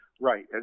Right